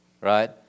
right